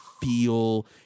feel